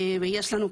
ויש לנו,